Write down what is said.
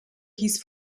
hieß